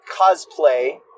cosplay